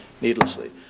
needlessly